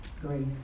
grace